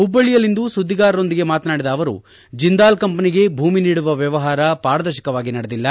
ಹುಬ್ಬಳ್ಳಿಯಲ್ಲಿಂದು ಸುದ್ದಿಗಾರರ ಜತೆ ಮಾತನಾಡಿದ ಅವರು ಜಿಂದಾಲ್ ಕಂಪನಿಗೆ ಭೂಮಿ ನೀಡುವ ವ್ಯವಹಾರ ಪಾರದರ್ಶಕವಾಗಿ ನಡೆದಿಲ್ಲ